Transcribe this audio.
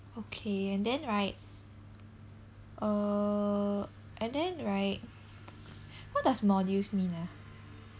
okay and then right err and then right what does modules mean ah